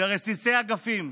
לרסיסי אגפים.